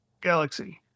Galaxy